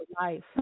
life